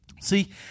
See